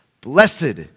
Blessed